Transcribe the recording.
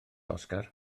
oscar